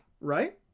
right